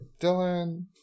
Dylan